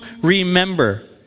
remember